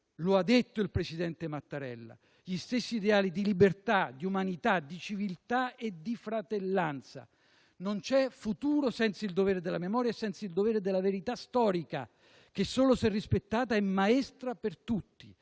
lo ha detto il presidente Mattarella - con gli stessi «ideali di libertà, umanità, civiltà e fratellanza». Non c'è futuro senza il dovere della memoria e senza il dovere della verità storica, che, solo se rispettata, è maestra per tutti.